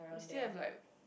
still have like